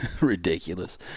ridiculous